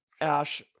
Ash